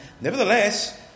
nevertheless